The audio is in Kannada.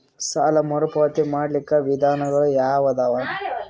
ಸಾಲ ಮರುಪಾವತಿ ಮಾಡ್ಲಿಕ್ಕ ವಿಧಾನಗಳು ಯಾವದವಾ?